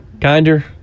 Kinder